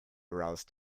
aroused